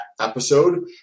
episode